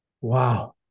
Wow